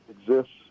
exists